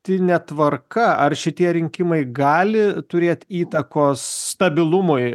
tinė tvarka ar šitie rinkimai gali turėt įtakos stabilumui